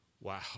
Wow